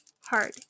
hard